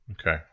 Okay